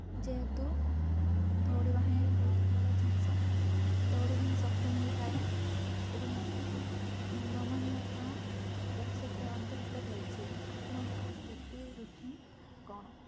ଯେହେତୁ ଦୌଡ଼ିବା ହିଁ ବହୁତ ଭଲ ଜିନିଷ ଦୌଡ଼ିଲେ ହିଁ ଶକ୍ତି ମିଳିଥାଏ ଏବଂ ନମନୀୟତା ପ୍ରତିଶତ ଅନ୍ତର୍ଭୁକ୍ତ ରହିଛି ଆପଣଙ୍କର ସ୍ଥିତି ରୁଟିିନ୍ କ'ଣ